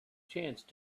chance